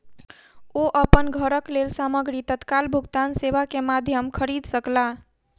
ओ अपन घरक लेल सामग्री तत्काल भुगतान सेवा के माध्यम खरीद सकला